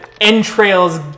entrails